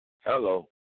Hello